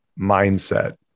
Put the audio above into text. mindset